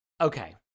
Okay